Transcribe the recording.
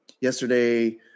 yesterday